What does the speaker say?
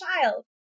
child